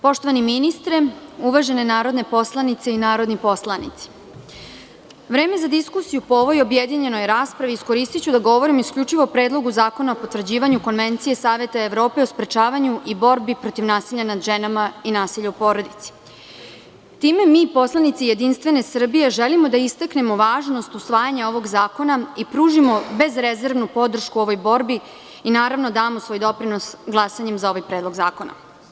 Poštovani ministre, uvažene narodne poslanice i narodni poslanici, vreme za diskusiju po ovoj objedinjenoj raspravi iskoristiću da govorim isključivo o Predlogu zakona o potvrđivanju Konvencije Saveta Evrope o sprečavanju i borbi protiv nasilja nad ženama i nasilju u porodici, time mi poslanici JS želimo da iskažemo važnost usvajanja ovog zakona i pružimo bez rezervnu podršku ovoj borbi i damo svoj doprinos glasanjem za ovaj predlog zakona.